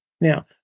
Now